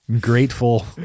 Grateful